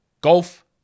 golf